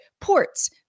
Ports